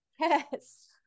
Yes